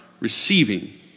Receiving